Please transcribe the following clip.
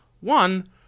One